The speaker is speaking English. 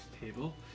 table